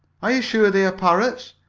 are you sure they are parrots?